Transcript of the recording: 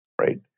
right